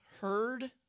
heard